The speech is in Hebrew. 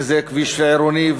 וזה כביש עירוני,